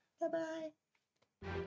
Bye-bye